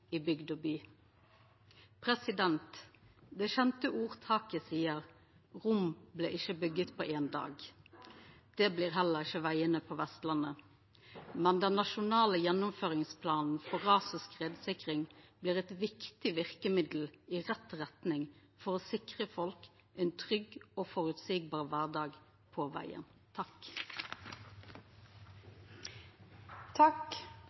i bygd og by. Det kjende ordtaket seier: Rom blei ikkje bygd på éin dag. Det blir heller ikkje vegane på Vestlandet. Men den nasjonale gjennomføringsplanen for ras- og skredsikring blir eit viktig verkemiddel i rett retning for å sikra folk ein trygg og føreseieleg kvardag på vegen.